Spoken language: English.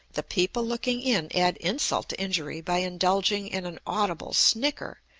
the people looking in add insult to injury by indulging in an audible snicker,